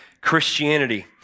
Christianity